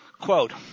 Quote